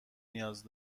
نیاز